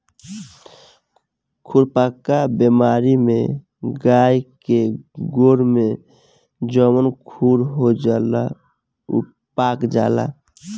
खुरपका बेमारी में गाय के गोड़ में जवन खुर होला उ पाक जाला